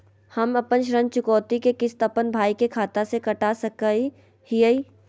हम अपन ऋण चुकौती के किस्त, अपन भाई के खाता से कटा सकई हियई?